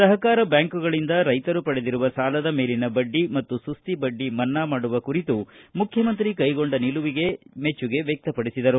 ಸಹಕಾರ ಬ್ಯಾಂಕುಗಳಿಂದ ರೈತರು ಪಡೆದಿರುವ ಸಾಲದ ಮೇಲಿನ ಬಡ್ಡಿ ಮತ್ತು ಸುಸ್ತಿ ಬಡ್ಡಿ ಮನ್ನಾ ಮಾಡುವ ಕುರಿತು ಮುಖ್ಯಮಂತ್ರಿ ಕೈಗೊಂಡ ನಿಲುವಿಗೆ ಮೆಚ್ಚುಗೆ ವ್ನಕ್ರಪಡಿಸಿದರು